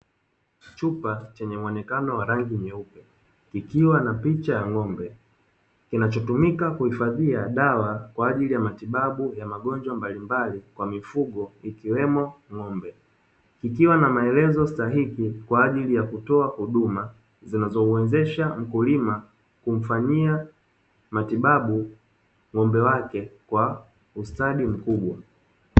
Chupa chenye mwonekano wa rangi nyeupe ikiwa na picha ya ng'ombe kinachotumika kuhifadhia dawa kwa ajili ya matibabu ya magonjwa mbalimbali kwa mifugo ikiwemo ng'ombe, ikiwa na maelezo stahiki kwa ajili ya kutoa huduma zinazomwezesha mkulima kumfanyia matibabu ng'ombe wake kwa ustadi mkubwa.